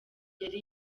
yari